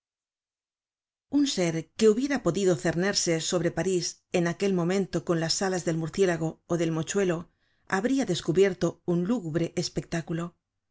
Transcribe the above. un ser que hubiera podido cernerse sobre parís en aquel momento con las alas del murciélago ó del mochuelo habria descubierto un lúgubre espectáculo